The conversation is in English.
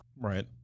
Right